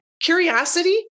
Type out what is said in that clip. Curiosity